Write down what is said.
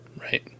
right